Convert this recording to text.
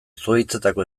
zuhaitzetako